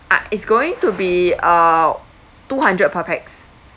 ah it's going to be uh two hundred per pax